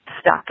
stuck